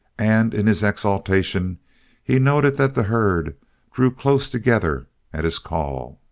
and in his exultation he noted that the herd drew close together at his call.